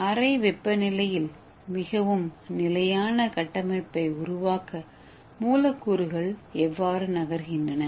அறை வெப்பநிலையில் மிகவும் நிலையான கட்டமைப்பை உருவாக்க மூலக்கூறுகள் எவ்வாறு நகர்கின்றன